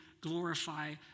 glorify